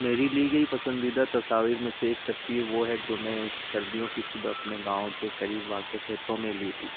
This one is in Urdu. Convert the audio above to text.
میری لی گئی پسندیدہ تصاویر میں سے ایک تصویر وہ ہے جو میں ایک سردیوں کی صبح اپنے گاؤں کے قریب واقع کھیتوں میں لی تھی